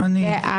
מי נגד?